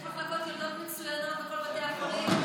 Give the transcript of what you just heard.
יש מחלקות יולדות מצוינות בכל בתי החולים.